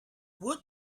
wood